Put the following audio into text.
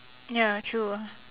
ya true ah